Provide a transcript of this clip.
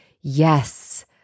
yes